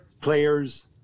players